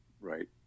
right